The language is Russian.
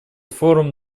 форум